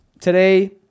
Today